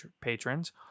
patrons